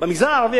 במגזר הערבי,